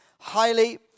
highly